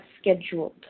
scheduled